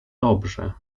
dobrze